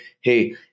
hey